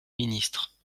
ministres